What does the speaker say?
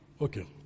okay